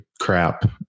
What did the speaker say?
crap